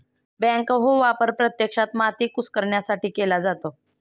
backhoe वापर प्रत्यक्षात माती कुस्करण्यासाठी केला जातो